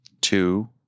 two